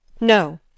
No